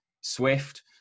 Swift